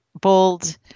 bold